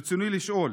רצוני לשאול: